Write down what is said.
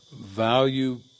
value